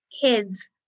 kids